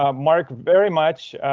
ah mark very much.